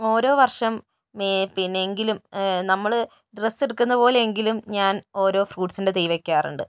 ഓരോ വർഷം പിന്നെ എങ്കിലും നമ്മൾ ഡ്രസ്സ് എടുക്കുന്നപോലെ എങ്കിലും ഞാൻ ഓരോ ഫ്രൂട്ട്സിൻ്റെ തൈ വയ്ക്കാറുണ്ട്